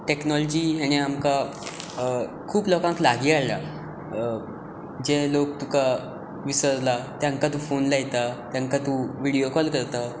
technology हांणी आमकां खूब लोकांक लागीं हाडला जे लोक तुका विसरला तांकां तूं फोन लायता तांकां तूं विडियो कॉल करता